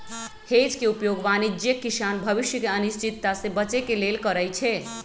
hedge के उपयोग वाणिज्यिक किसान भविष्य के अनिश्चितता से बचे के लेल करइ छै